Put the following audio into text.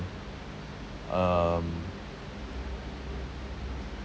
um